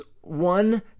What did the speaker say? one